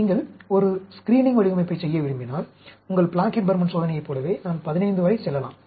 நீங்கள் ஒரு ஸ்கிரீனிங் வடிவமைப்பைச் செய்ய விரும்பினால் உங்கள் பிளாக்கெட் பர்மன் சோதனையைப் போலவே நான் 15 வரை செல்லலாம்